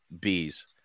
bees